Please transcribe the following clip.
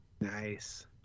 Nice